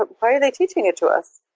but why are they teaching it to us?